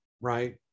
right